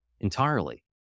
entirely